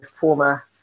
former